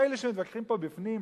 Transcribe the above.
מילא כשמתווכחים פה בפנים,